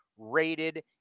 rated